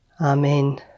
Amen